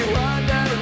wonder